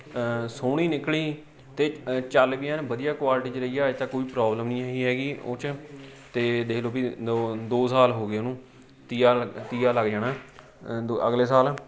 ਸੋਹਣੀ ਨਿਕਲੀ ਅਤੇ ਚੱਲ ਵੀ ਐਨ ਵਧੀਆ ਕੁਆਲਿਟੀ 'ਚ ਰਹੀ ਹੈ ਅੱਜ ਤੱਕ ਕੋਈ ਪ੍ਰੋਬਲਮ ਨਹੀਂ ਆਈ ਹੈਗੀ ਉਹ 'ਚ ਅਤੇ ਦੇਖ ਲਓ ਵੀ ਦੋ ਸਾਲ ਹੋ ਗਏ ਉਹਨੂੰ ਤੀਆ ਤੀਆ ਲੱਗ ਜਾਣਾ ਅਗਲੇ ਸਾਲ